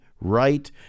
right